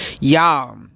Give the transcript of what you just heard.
y'all